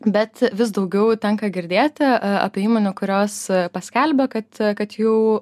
bet vis daugiau tenka girdėti apie įmonių kurios paskelbia kad kad jau